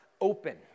open